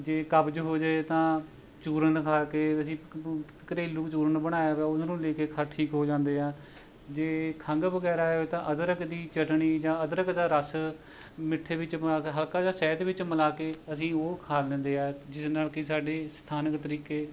ਜੇ ਕਬਜ ਹੋ ਜੇ ਤਾਂ ਚੂਰਨ ਖਾ ਕੇ ਅਸੀਂ ਘਰੇਲੂ ਚੂਰਨ ਬਣਾਇਆ ਵਾ ਉਹਨੂੰ ਹੈ ਕੇ ਠੀਕ ਹੋ ਜਾਂਦੇ ਆ ਜੇ ਖੰਘ ਵਗੈਰਾ ਹੈ ਤਾਂ ਅਦਰਕ ਦੀ ਚਟਨੀ ਜਾਂ ਅਦਰਕ ਦਾ ਰਸ ਮਿੱਠੇ ਵਿੱਚ ਮਿਲਾ ਕੇ ਹਲਕਾ ਜਾ ਸ਼ਹਿਦ ਵਿੱਚ ਮਿਲਾ ਕੇ ਅਸੀਂ ਉਹ ਖਾ ਲੈਂਦਾ ਆ ਜਿਸ ਨਾਲ ਕਿ ਸਾਡੇ ਸਥਾਨਕ ਤਰੀਕੇ